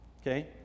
okay